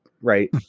Right